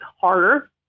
harder